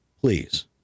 please